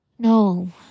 No